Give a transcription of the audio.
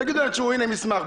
תגידו להם תשמעו, הנה מסמך.